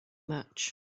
much